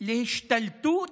להשתלטות